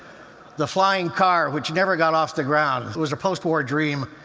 the flying car which never got off the ground it was a post-war dream.